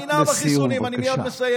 שמאמינה בחיסונים, אני מייד מסיים.